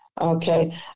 okay